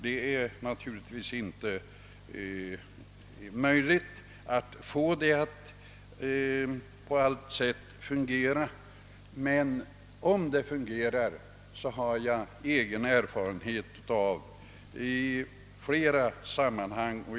Det är naturligtvis inte möjligt att få dessa att fungera i alla avseenden.